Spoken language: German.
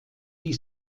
die